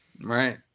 Right